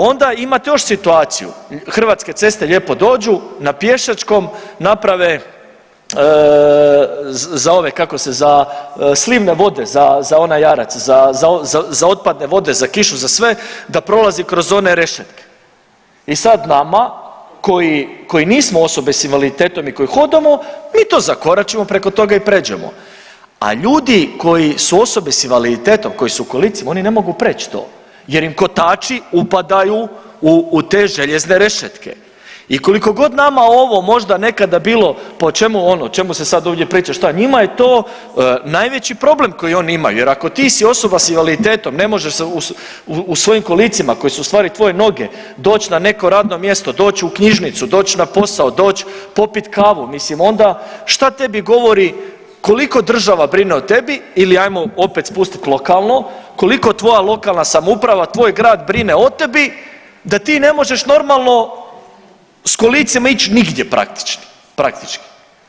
Onda imate još situaciju, Hrvatske ceste lijepo dođu, na pješačkom naprave za ove kako se, za slivne vode za, za onaj jarac, za, za, za, za otpadne vode, za kišu, za sve da prolazi kroz one rešetke i sad nama koji, koji nismo osobe s invaliditetom i koji hodamo mi to zakoračimo preko toga i pređemo, a ljudi koji su osobe s invaliditetom, koji su u kolicima, oni ne mogu preć to jer im kotači upadaju u te željezne rešetke i koliko god nama ovo možda nekada bilo pa o čemu ono o čemu se sad ovdje priča šta, njima je to najveći problem koji oni imaju jer ako ti si osoba s invaliditetom, ne možeš se u svojim kolicima koji su u stvari tvoje noge doć na neko radno mjesto, doć u knjižnicu, doć na posao, doć popit kavu, mislim onda šta tebi govori koliko država brine o tebi ili ajmo opet spustit lokalno, koliko tvoja lokalna samouprava, tvoj grad brine o tebi da ti ne možeš normalno s kolicima ić nigdje praktički, praktički.